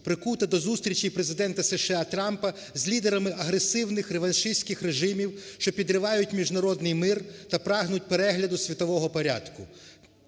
прикута до зустрічі Президента СШАТрампа з лідерами агресивних реваншистських режимів, що підривають міжнародний мир та прагнуть перегляду світового порядку,